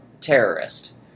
terrorist